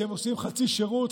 שהם עושים חצי שירות,